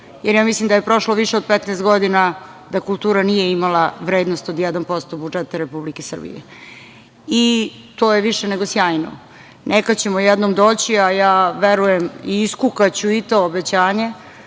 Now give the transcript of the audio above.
jer ja mislim da je prošlo više od 15 godina da kultura nije imala vrednost od 1% budžeta Republike Srbije. To je više nego sjajno. Neka ćemo jednom doći, a ja verujem i iskukaću i to obećanje